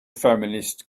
feminist